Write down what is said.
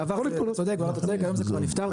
אתה צודק, היום זה כבר נפתר.